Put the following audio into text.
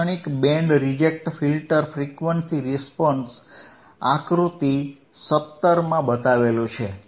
લાક્ષણિક band reject filter frequency response આકૃતિ 17 માં બતાવેલો છે